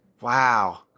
wow